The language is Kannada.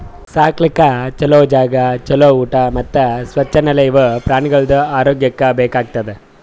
ಸಾಕ್ಲುಕ್ ಛಲೋ ಜಾಗ, ಛಲೋ ಊಟಾ ಮತ್ತ್ ಸ್ವಚ್ ನೆಲ ಇವು ಪ್ರಾಣಿಗೊಳ್ದು ಆರೋಗ್ಯಕ್ಕ ಬೇಕ್ ಆತುದ್